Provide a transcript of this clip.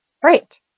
Great